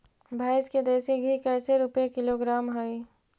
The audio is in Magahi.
भैंस के देसी घी कैसे रूपये किलोग्राम हई?